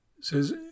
says